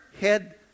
head